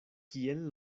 kiel